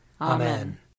Amen